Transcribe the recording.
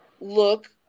look